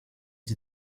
its